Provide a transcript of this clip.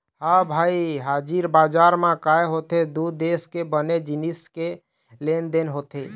ह भई हाजिर बजार म काय होथे दू देश के बने जिनिस के लेन देन होथे